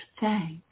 thanks